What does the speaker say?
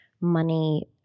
money